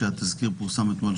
שהתזכיר פורסם אתמול,